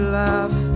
laugh